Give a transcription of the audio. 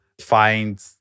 find